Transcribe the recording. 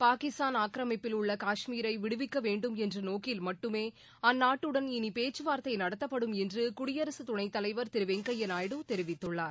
பாகிஸ்தான் ஆக்கிரமிப்பில் உள்ள காஷ்மீரை விடுவிக்க வேண்டும் என்ற நோக்கில் மட்டுமே அந்நாட்டுடன் இனி பேச்சுவார்த்தை நடத்தப்படும் என்று குடியரசுத் துணைத் தலைவர் திரு வெங்கய்யா நாயுடு தெரிவித்துள்ளார்